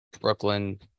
brooklyn